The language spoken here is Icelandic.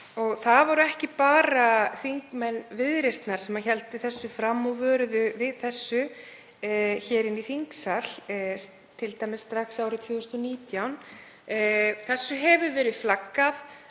Það voru ekki bara þingmenn Viðreisnar sem héldu þessu fram og vöruðu við því hér í þingsal, t.d. strax árið 2019. Því hefur verið flaggað